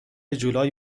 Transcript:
جولای